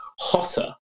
hotter